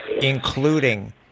including